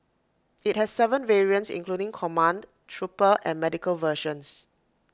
IT has Seven variants including command trooper and medical versions